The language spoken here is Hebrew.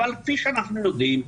אבל כפי שאנחנו יודעים,